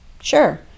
Sure